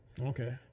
Okay